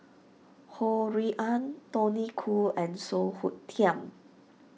Ho Rui An Tony Khoo and Song Hoot Kiam